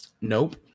Nope